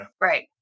Right